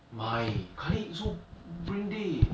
my khaleed so brain dead